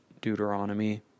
Deuteronomy